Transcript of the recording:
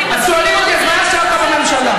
אז שואלים אותי: אז מה ישבת בממשלה?